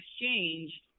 exchange